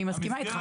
אני מסכימה איתך.